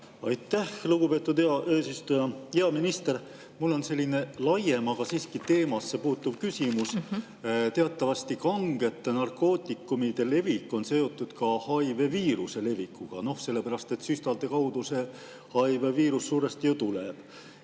Aitäh, lugupeetud eesistuja! Hea minister! Mul on selline laiem, aga siiski teemasse puutuv küsimus. Teatavasti kangete narkootikumide levik on seotud ka HI‑viiruse levikuga, sellepärast et süstalde kaudu see HI-viirus suuresti ju [levib].